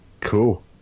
Cool